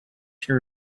can